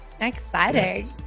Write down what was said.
exciting